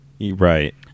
right